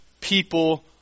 people